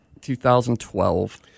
2012